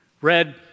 Red